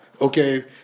okay